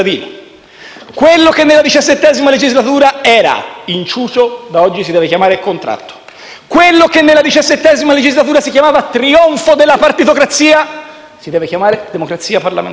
quello che nella XVII legislatura era inciucio da oggi si deve chiamare contratto; quello che nella XVII legislatura si chiamava trionfo della partitocrazia si deve chiamare democrazia parlamentare;